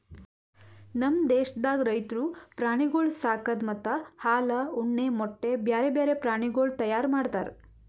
ನಮ್ ದೇಶದಾಗ್ ರೈತುರು ಪ್ರಾಣಿಗೊಳ್ ಸಾಕದ್ ಮತ್ತ ಹಾಲ, ಉಣ್ಣೆ, ಮೊಟ್ಟೆ, ಬ್ಯಾರೆ ಬ್ಯಾರೆ ಪ್ರಾಣಿಗೊಳ್ ತೈಯಾರ್ ಮಾಡ್ತಾರ್